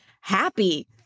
happy